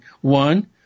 One